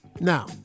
Now